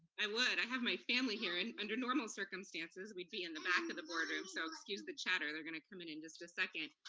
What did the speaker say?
i would, i have my family here. and under normal circumstances we'd be in the back of the board room, so excuse the chatter. they're gonna come in in just a second.